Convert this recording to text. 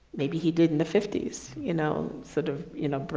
maybe he did in the fifty s, you know, sort of, you know,